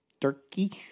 Turkey